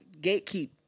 Gatekeep